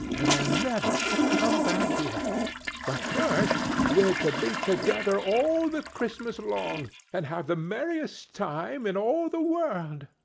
and are never to come back here but first, we're to be together all the christmas long, and have the merriest time in all the world.